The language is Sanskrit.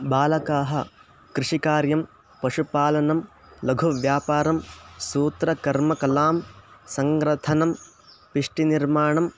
बालकाः कृषिकार्यं पशुपालनं लघुव्यापारं सूत्रकर्मकलां सङ्ग्रथनं पिष्टिनिर्माणं